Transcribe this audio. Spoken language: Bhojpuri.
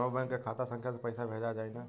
कौन्हू बैंक के खाता संख्या से पैसा भेजा जाई न?